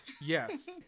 Yes